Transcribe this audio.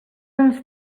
ens